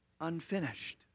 Unfinished